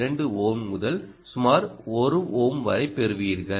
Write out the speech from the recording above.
2 ohm முதல் சுமார் 1 ohm வரை பெறுவீர்கள்